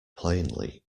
plainly